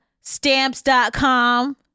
Stamps.com